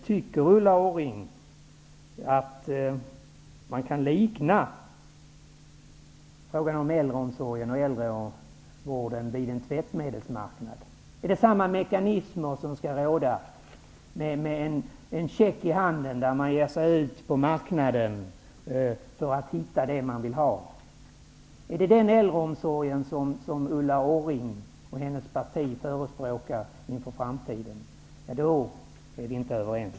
Tycker Ulla Orring att man kan likna frågan om äldreomsorgen och äldrevården vid en tvättmedelsmarknad? Är det samma mekanismer som skall råda, där man har en check i handen och ger sig ut på marknaden för att hitta det man vill ha? Är det den äldreomsorgen som Ulla Orring och hennes parti förespråkar inför framtiden? Då är vi inte överens.